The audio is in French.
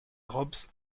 rops